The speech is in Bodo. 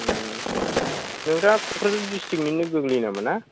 नोंथांआ क'क्राझार दिस्थ्रिक्टनिनो गोलैयो नामा ना